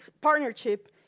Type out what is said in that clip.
partnership